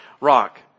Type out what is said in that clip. rock